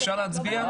אפשר להצביע?